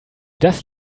das